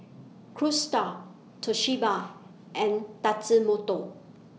Cruise STAR Toshiba and Tatsumoto